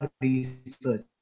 research